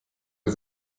wie